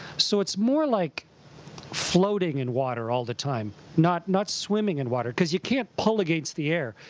so it's more like floating in water all the time, not not swimming in water because you can't pull against the air.